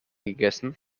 gegessen